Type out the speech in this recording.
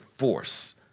force